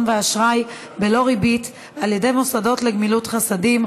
ואשראי בלא ריבית על ידי מוסדות לגמילות חסדים,